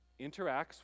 interacts